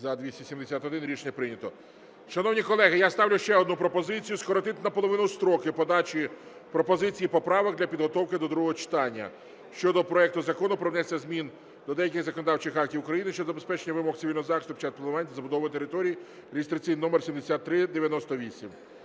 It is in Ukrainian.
За-271 Рішення прийнято. Шановні колеги, я ставлю ще одну пропозицію: скоротити наполовину строки подачі пропозицій і поправок для підготовки до другого читання щодо проекту Закону про внесення змін до деяких законодавчих актів України щодо забезпечення вимог цивільного захисту під час планування та забудови територій (реєстраційний номер 7398).